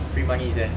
free money sia